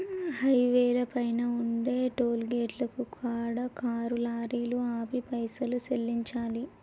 హైవేల పైన ఉండే టోలుగేటుల కాడ కారు లారీలు ఆపి పైసలు సెల్లించాలి